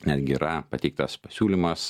netgi yra pateiktas pasiūlymas